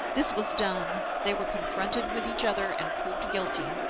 this was done. they were confronted with each other and proved guilty,